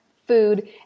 food